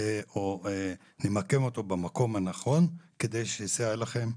אנחנו נמקם אותו במקום הנכון כדי שיסייע לכם.